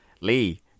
Lee